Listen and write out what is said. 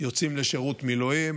יוצאים לשירות מילואים,